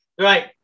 Right